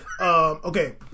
Okay